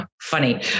funny